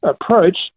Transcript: approach